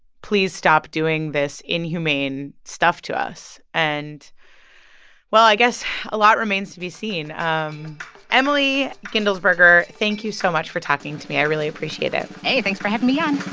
please stop doing this inhumane stuff to us. and well, i guess a lot remains to be seen um emily guendelsberger, thank you so much for talking to me. i really appreciate it hey, thanks for having me on